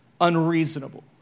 unreasonable